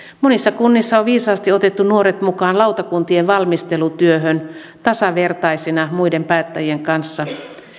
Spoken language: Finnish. monissa kunnissa on viisaasti otettu nuoret mukaan lautakuntien valmistelutyöhön tasavertaisina muiden päättäjien kanssa